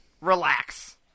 Relax